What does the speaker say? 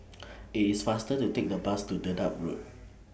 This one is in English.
IT IS faster to Take The Bus to Dedap Road